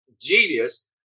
genius